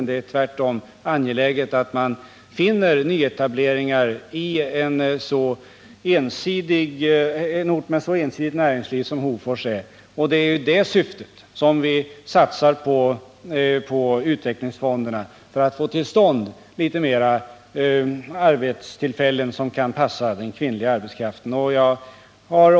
Det är tvärtom angeläget att man får nyetableringar på en ort med så ensidigt näringsliv som Hofors. Det är i syfte att få till stånd fler arbetstillfällen som kan passa den kvinnliga arbetskraften som vi satsar på utvecklingsfonderna.